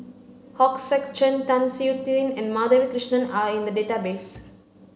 Sek Chern Tan Siew Sin and Madhavi Krishnan are in the database